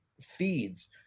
feeds